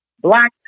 black